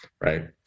right